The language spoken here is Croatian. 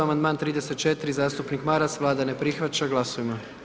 Amandman 34, zastupnik Maras, Vlada ne prihvaća, glasujmo.